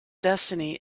destiny